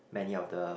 many of the